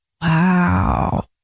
Wow